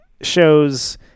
shows